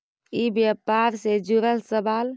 ई व्यापार से जुड़ल सवाल?